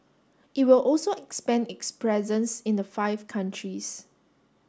it will also expand its presence in the five countries